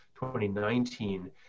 2019